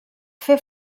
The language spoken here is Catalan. fer